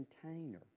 container